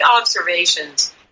observations